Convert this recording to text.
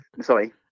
Sorry